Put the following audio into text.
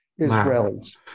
Israelis